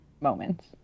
moments